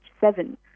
seven